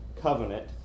covenant